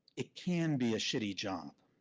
it can be a shitty job.